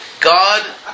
God